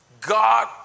God